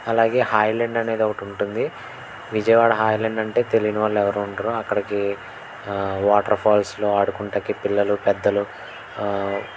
అలాగే హాయ్లాండ్ అనేది ఒకటుంటుంది విజయవాడ హాయ్లాండ్ అంటే తెలియని వాళ్ళు ఎవరూ ఉండరు అక్కడికి వాటర్ఫాల్స్లో ఆడుకుంటానికి పిల్లలు పెద్దలు